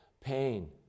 pain